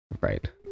Right